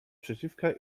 przeciwka